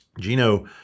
gino